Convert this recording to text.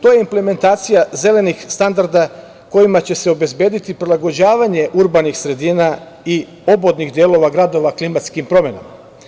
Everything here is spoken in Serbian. To je implementacija zelenih standarda kojima će se obezbediti prilagođavanje urbanih sredina i obodnih delova gradova klimatskim promenama.